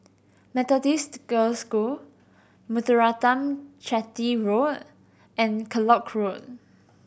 Methodist Girls' School Muthuraman Chetty Road and Kellock Road